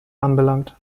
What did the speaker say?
anbelangt